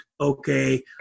okay